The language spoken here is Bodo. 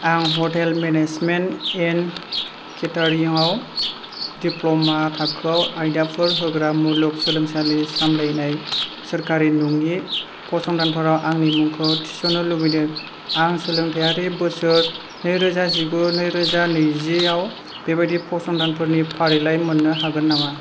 आं हटेल मेनेजमेन्ट एन्ड केटारिं आव डिप्ल'मा थाखोआव आयदाफोर होग्रा मुलुग सोलोंसालि सामलायनाय सोरखारि नङै फसंथानफोराव आंनि मुंखौ थिसननो लुबैदों आं सोलोंथायारि बोसोर नैरोजा जिगु नैरोजा नैजिआव बेबायदि फसंथानफोरनि फारिलाइ मोननो हागोन नामा